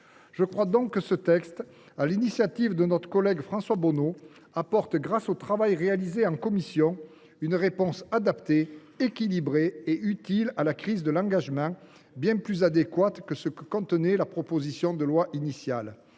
Je pense donc que ce texte, examiné sur l’initiative de notre collègue François Bonneau, apporte, grâce au travail réalisé en commission, une réponse adaptée, équilibrée et utile à la crise de l’engagement et bien plus adéquate que ce qui figurait dans la proposition de loi initiale.